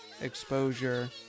exposure